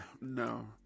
no